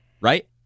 right